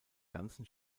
ganzen